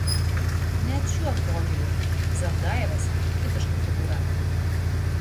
net šiuo požiūriu zavgajevas tipiška figūra